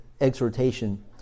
exhortation